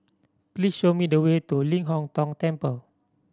please show me the way to Ling Hong Tong Temple